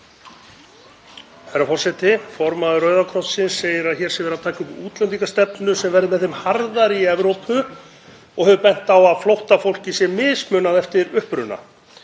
Herra forseti. Formaður Rauða krossins segir að hér sé verið að taka upp útlendingastefnu sem verður með þeim harðari í Evrópu og hefur bent á að flóttafólki sé mismunað eftir uppruna.